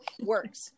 works